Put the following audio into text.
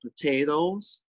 potatoes